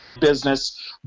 business